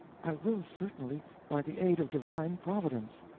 i will certainly, by the aid of divine providence,